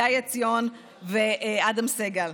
גיא עציון ואדם סגל.